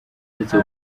uretse